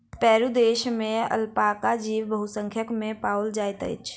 Peru देश में alpaca जीव बहुसंख्या में पाओल जाइत अछि